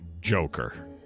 joker